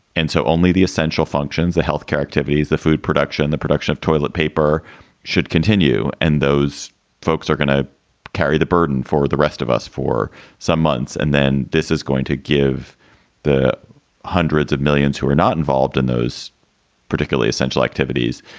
and so only the essential functions of health care activities, the food production, the production of toilet paper should continue. and those folks are going to carry the burden for the rest of us for some months. and then this is going to give the hundreds of millions who are not involved in those particularly essential activities,